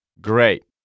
Great